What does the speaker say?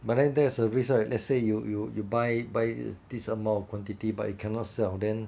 but then there is a risk like let's say you you you buy buy this amount of quantity but you cannot sell then